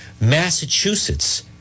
Massachusetts